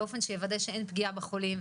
באופן שיוודא שאין פגיעה בחולים,